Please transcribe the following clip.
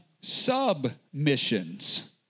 submissions